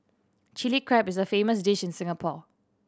Chilli Crab is a famous dish in Singapore